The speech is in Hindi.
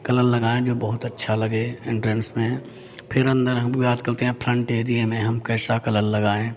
कलर लगाएँ जो बहुत अच्छा लगे एन्ट्रैंस में फिर अंदर हम बात करते हैं फ्रन्ट एरिये में हम कैसा कलर लगाएँ